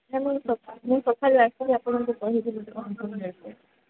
ଆପଣ ସକାଳେ ଆସନ୍ତୁ ମୁଁ କହିଦେବି କ'ଣ କ'ଣ ଦରକାର